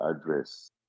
address